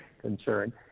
concern